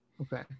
okay